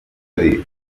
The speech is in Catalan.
dir